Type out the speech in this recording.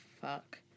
fuck